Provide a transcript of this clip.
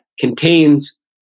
contains